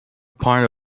part